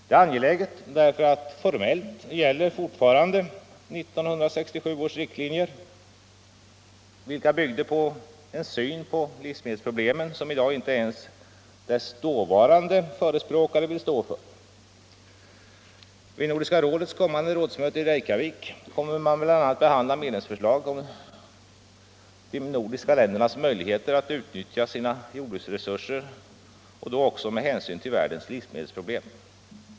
Det är angeläget, därför att formellt gäller fortfarande 1967 års riktlinjer, vilka byggde på en syn på livsmedelsproblemen som i dag inte ens dess dåvarande förespråkare vill stå för. Vid Nordiska rådets kommande rådsmöte i Reykjavik kommer man bl.a. att behandla medlemsförslag om de nordiska ländernas möjligheter att utnyttja sina jordbruksresurser — och då också med hänsyn till världens livsmedelsproblem.